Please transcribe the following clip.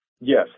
Yes